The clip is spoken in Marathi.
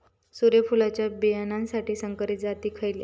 सूर्यफुलाच्या बियानासाठी संकरित जाती खयले?